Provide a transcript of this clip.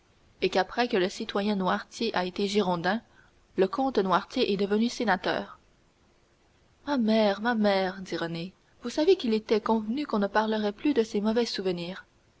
et qu'après que le citoyen noirtier a été girondin le comte noirtier est devenu sénateur ma mère ma mère dit renée vous savez qu'il était convenu qu'on ne parlerait plus de ces mauvais souvenirs